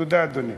תודה, אדוני.